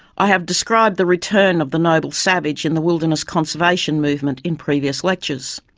i have described the return of the noble savage in the wilderness conservation movement in previous lectures.